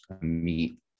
meet